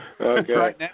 Okay